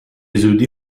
زودی